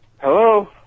Hello